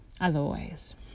otherwise